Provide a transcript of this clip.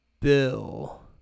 bill